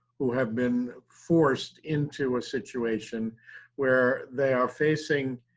who have been forced into a situation where they are facing